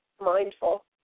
mindful